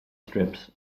strips